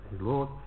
Lord